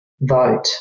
vote